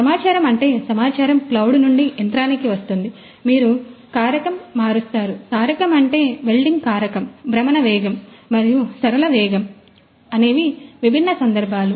సమాచారం అంటే సమాచారం క్లౌడ్ నుండి యంత్రానికి వస్తుంది మీరు కారకం మారుస్తారు కారకం అంటే వెల్డింగ్ కారకం భ్రమణ వేగం మరియు సరళ వేగం అనేవి విభిన్న సందర్భాలు